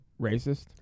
racist